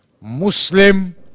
Muslim